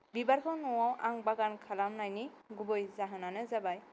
बिबारखौ न'आव आं बागान खालामनायनि गुबै जाहोनानो जाबाय